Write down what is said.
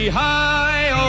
high